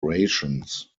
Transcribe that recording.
rations